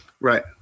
Right